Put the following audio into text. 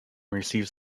received